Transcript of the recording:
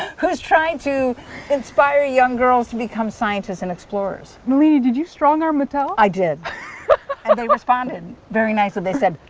who's trying to inspire young girls to become scientists and explorers nalini, did you strong-arm mattel? i did and they responded very nicely. they said,